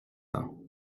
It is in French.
temps